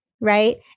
Right